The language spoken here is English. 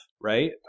right